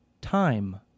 time